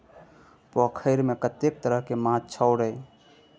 पोखैरमे कतेक तरहके माछ छौ रे?